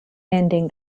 ending